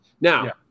Now